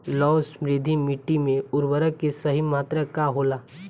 लौह समृद्ध मिट्टी में उर्वरक के सही मात्रा का होला?